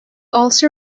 also